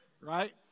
right